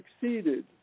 succeeded